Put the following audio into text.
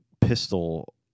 pistol